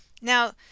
Now